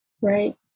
right